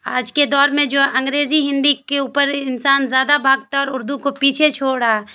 آج کے دور میں جو انگریزی ہندی کے اوپر انسان زیادہ بھاگتا اور اردو کو پیچھے چھوڑ رہا